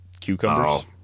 cucumbers